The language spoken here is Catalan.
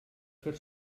fer